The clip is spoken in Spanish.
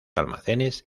almacenes